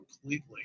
completely